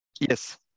yes